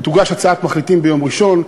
תוגש הצעת מחליטים ביום ראשון.